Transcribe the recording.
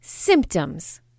Symptoms